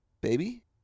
Baby